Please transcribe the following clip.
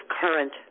current